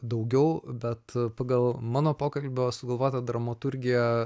daugiau bet pagal mano pokalbio sugalvotą dramaturgiją